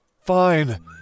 Fine